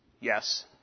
yes